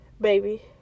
baby